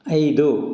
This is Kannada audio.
ಐದು